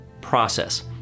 process